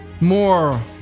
More